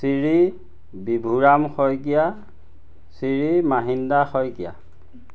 Shri Bibhuram Saikia Shri Mahinda Saikia